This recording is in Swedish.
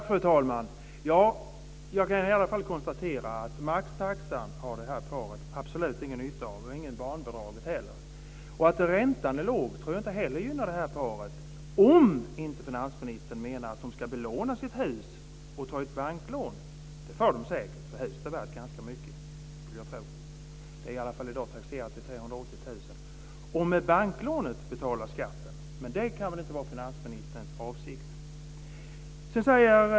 Fru talman! Jag kan i varje fall konstatera att det här paret absolut inte har någon nytta av maxtaxan och inte heller av barnbidraget. Att räntan är låg torde inte heller gynna det här paret, om inte finansministern menar att makarna ska belåna sitt hus och ta ett banklån. Det kan de säkert göra, för jag skulle tro att huset är värt ganska mycket - det är i alla fall i dag taxerat till 380 000 kr - och sedan med banklånet betala skatten. Men det kan väl inte vara finansministerns avsikt.